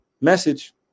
Message